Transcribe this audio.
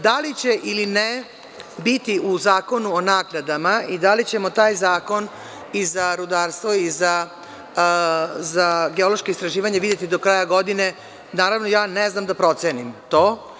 Da li će ili ne biti u Zakonu o naknadama i da li ćemo taj zakon i za rudarstvo i za geološka istraživanja videti do kraja godine, naravno, ja ne znam da procenim to.